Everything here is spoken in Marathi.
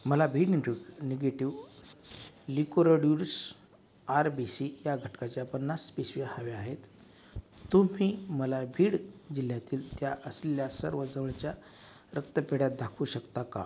मला बी निंटू निगेटिव लिकोरड्युरूस आर बी सी या घटकाच्या पन्नास पिशव्या हव्या आहेत तुम्ही मला बीड जिल्ह्यातील त्या असलेल्या सर्व जवळच्या रक्तपेढ्या दाखवू शकता का